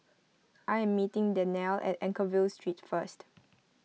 I am meeting Danniel at Anchorvale Street first